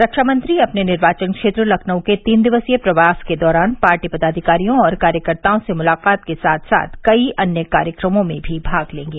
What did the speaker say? रक्षा मंत्री अपने निर्वाचन क्षेत्र लखनऊ के तीन दिवसीय प्रवास के दौरान पार्टी पदाधिकारियों और कार्यकर्ताओं से मुलाकात के साथ साथ कई अन्य कार्यक्रमों में भी भाग लेंगे